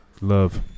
love